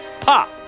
Pop